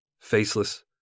faceless